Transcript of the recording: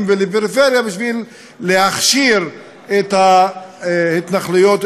ולפריפריה בשביל להכשיר את ההתנחלויות,